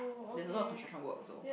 there is a lot of construction work also